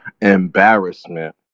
embarrassment